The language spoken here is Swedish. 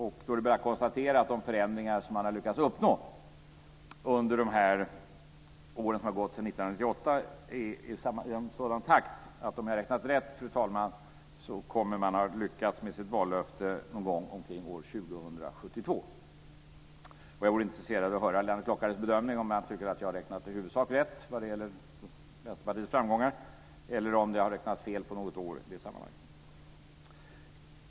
Då är det bara att konstatera att de förändringar som man har lyckats uppnå under de år som har gått sedan 1998 är i en sådan takt att, om jag har räknat rätt, fru talman, man kommer att ha lyckats med sitt vallöfte någon gång omkring år 2072. Jag är intresserad av att höra Lennart Klockares bedömning, om han tycker att jag har räknat i huvudsak rätt vad gäller Vänsterpartiets framgångar eller om jag har räknat fel på något år.